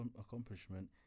accomplishment